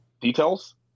Details